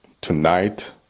tonight